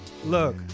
Look